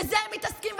בזה הם מתעסקים,